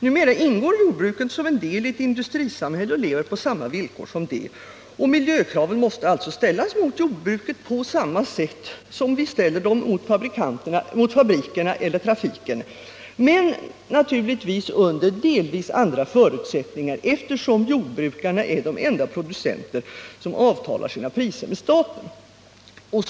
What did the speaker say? Numera ingår jordbruket som en del i ett industrisamhälle och lever under samma villkor som det. Miljökraven måste alltså riktas mot jordbruket på samma sätt som vi ställer dem mot fabrikerna eller trafiken, men naturligtvis under delvis andra förutsättningar, eftersom jordbrukarna är de enda producenter som avtalar sina priser med staten.